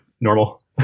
normal